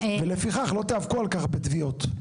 ולפיכך לא תיאבקו על כך בתביעות.